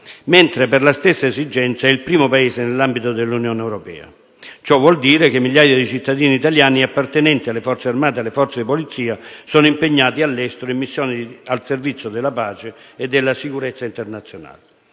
mentre per la stessa esigenza è il primo Paese nell'ambito dell'Unione europea. Ciò vuol dire che migliaia di cittadini italiani appartenenti alle Forze armate e alle forze di polizia sono impegnati all'estero, in missioni al servizio della pace e della sicurezza internazionale.